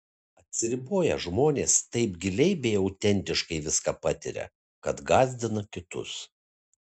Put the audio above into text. atsiriboję žmonės taip giliai bei autentiškai viską patiria kad gąsdina kitus